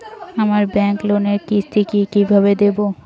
আমার ব্যাংক লোনের কিস্তি কি কিভাবে দেবো?